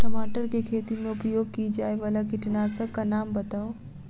टमाटर केँ खेती मे उपयोग की जायवला कीटनासक कऽ नाम बताऊ?